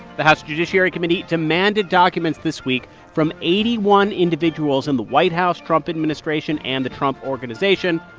the house judiciary committee demanded documents this week from eighty one individuals in the white house, trump administration and the trump organization,